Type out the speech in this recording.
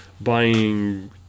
buying